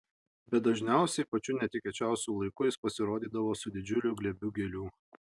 bet dažniausiai pačiu netikėčiausiu laiku jis pasirodydavo su didžiuliu glėbiu gėlių